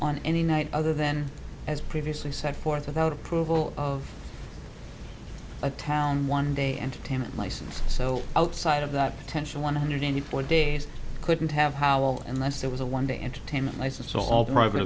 night other than as previously set forth without approval of a town one day entertainment license so outside of that potential one hundred eighty four days couldn't have howel unless it was a one day entertainment license so all private